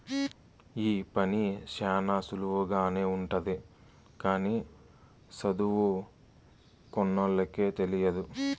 ఈ పని శ్యానా సులువుగానే ఉంటది కానీ సదువుకోనోళ్ళకి తెలియదు